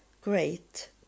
great